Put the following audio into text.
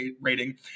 rating